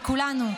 וכולנו,